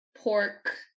Pork